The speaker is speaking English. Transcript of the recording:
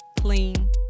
clean